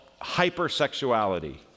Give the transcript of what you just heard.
hypersexuality